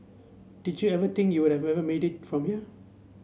did you ever think you would have made it from here